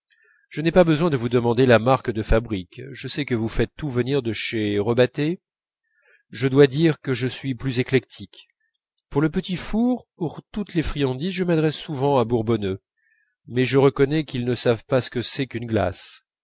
je n'ai pas besoin de vous demander la marque de fabrique je sais que vous faites tout venir de chez rebattet je dois dire que je suis plus éclectique pour les petits fours pour toutes les friandises je m'adresse souvent à bourbonneux mais je reconnais qu'ils ne savent pas ce que c'est qu'une glace